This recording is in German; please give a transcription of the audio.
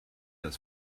das